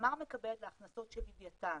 שתמר מקבלת להכנסות של לווייתן.